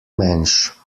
mensch